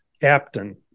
captain